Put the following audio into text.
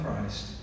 Christ